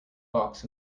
box